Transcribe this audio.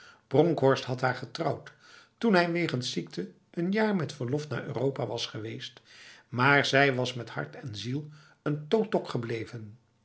bronkhorst had haar getrouwd toen hij wegens ziekte n jaar met verlof naar europa was geweest maar zij was met hart en ziel een totok gebleven